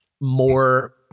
more